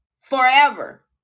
forever